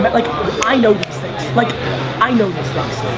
but like i know these things. like i know these things.